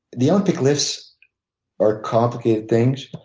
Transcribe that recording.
the on pick lifts are complicated things.